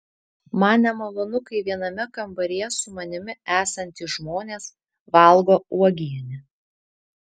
man nemalonu kai viename kambaryje su manimi esantys žmonės valgo uogienę